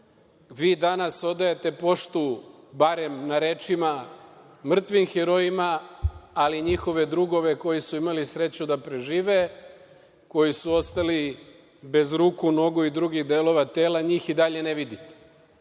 Vi danas odajete poštu, barem na rečima, mrtvim herojima, ali njihove drugove koji su imali sreću da prežive, koji su ostali bez ruku, nogu i drugih delova tela, njih i dalje ne vidite. Treba,